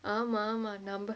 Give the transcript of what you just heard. ஆமா ஆமா நம்ம:aamaa aamaa namma